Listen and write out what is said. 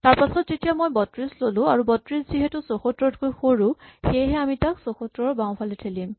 তাৰপাছত যেতিয়া মই ৩২ ল'লো আৰু ৩২ যিহেতু ৭৪ তকৈ সৰু সেয়েহে আমি তাক ৭৪ ৰ বাওঁফালে থেলিম